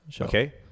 Okay